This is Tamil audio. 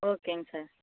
ஓகேங்க சார்